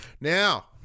Now